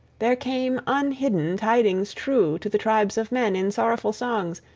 there came unhidden tidings true to the tribes of men, in sorrowful songs,